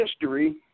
history